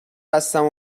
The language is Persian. هستم